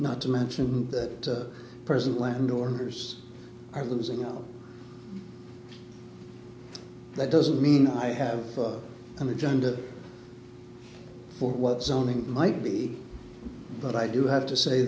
not to mention that present land orders are losing out that doesn't mean i have an agenda for what zoning might be but i do have to say